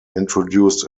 introduced